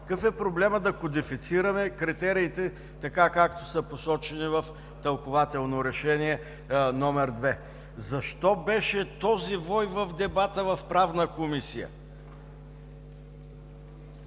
Какъв е проблемът да кодифицираме критериите така, както са посочени в тълкувателно Решение № 2. Защо беше този вой в дебата в Правна комисия?